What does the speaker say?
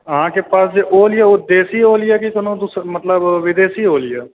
अहाँ के पास जे ओल अइ ओ देशी ओल अइ कि कोनो मतलब विदेशी ओल अइ